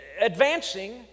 advancing